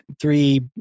three